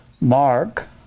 Mark